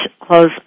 close